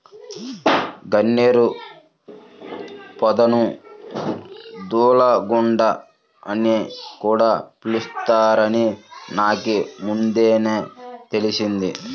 గన్నేరు పొదను దూలగుండా అని కూడా పిలుత్తారని నాకీమద్దెనే తెలిసింది